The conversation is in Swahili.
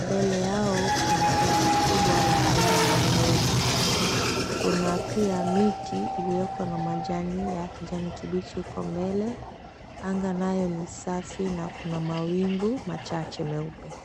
Mbele yao kuna gari kubwa la aina ya lori. Kuna pia miti iliyoko na majani ya kijani kibichi huko mbele, anga nayo ni safi na kuna mawingu machache meupe.